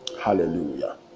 Hallelujah